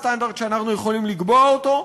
סטנדרט שאנחנו יכולים לקבוע אותו,